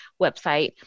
website